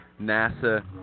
NASA